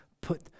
put